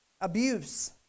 abuse